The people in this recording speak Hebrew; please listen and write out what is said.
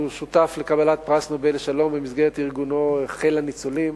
שהוא שותף לקבלת פרס נובל לשלום במסגרת ארגונו "חיל הניצולים",